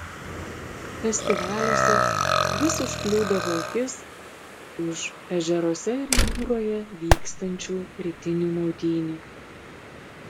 festivaliuose vis užkliūdavo akis už ežeruose ir jūroje vykstančių rytinių maudynių